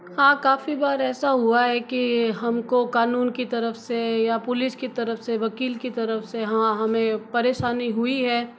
हाँ काफ़ी बार ऐसा हुआ है की हमको कानून की तरफ़ से या पुलिस की तरफ़ से वकील की तरफ़ से हाँ हमे परेशानी हुई है